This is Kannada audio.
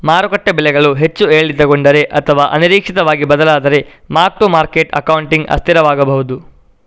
ಮಾರುಕಟ್ಟೆ ಬೆಲೆಗಳು ಹೆಚ್ಚು ಏರಿಳಿತಗೊಂಡರೆ ಅಥವಾ ಅನಿರೀಕ್ಷಿತವಾಗಿ ಬದಲಾದರೆ ಮಾರ್ಕ್ ಟು ಮಾರ್ಕೆಟ್ ಅಕೌಂಟಿಂಗ್ ಅಸ್ಥಿರವಾಗಬಹುದು